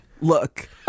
look